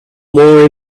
more